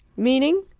meaning?